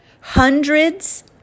hundreds